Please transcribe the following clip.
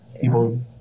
People